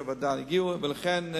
שבועיים בכנס WHO,